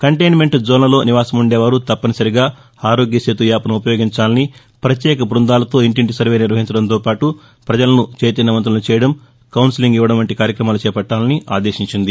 containment జోస్లలో నివాసముందేవారు తప్పనిసరిగా ఆరోగ్య నేతు యాప్ను ఉపయోగించాలని పత్యేక బృందాలతో ఇంటింటి సర్వే నిర్వహించడంతో పాటు ప్రజలను చైతన్యవంతులను చేయడం కౌన్సిలింగ్ ఇవ్వడం వంటి కార్యక్రమాలు చేపట్టాలని ఆదేశించింది